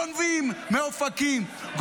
גונבים מאופקים,